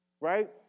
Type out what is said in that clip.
Right